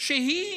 שהיא